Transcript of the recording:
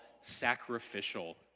sacrificial